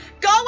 go